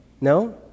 no